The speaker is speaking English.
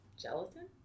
gelatin